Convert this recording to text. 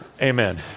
Amen